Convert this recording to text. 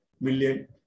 million